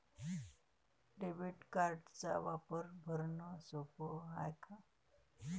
Debit कार्डचा वापर भरनं सोप हाय का?